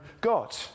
God